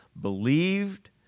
believed